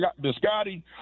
Biscotti